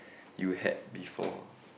you had before